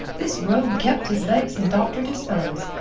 this rogue kept his legs and doctored his fellows.